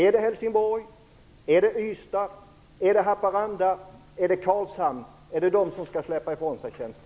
Är det från Helsingborg, Ystad, Haparanda, Karlshamn? Vilka är det som skall släppa ifrån sig tjänsterna?